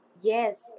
Yes